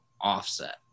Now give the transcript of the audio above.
offset